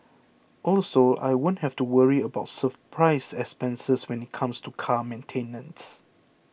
also I won't have to worry about surprise expenses when it comes to car maintenance